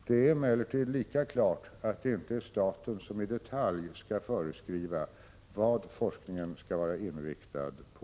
Det är emellertid lika klart att det inte är staten som i detalj skall föreskriva vad forskningen skall vara inriktad på.